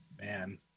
Man